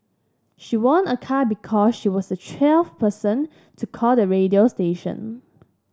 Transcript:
she won a car because she was the twelfth person to call the radio station